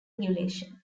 regulation